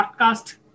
podcast